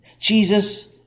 Jesus